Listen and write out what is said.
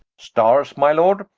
starres my lord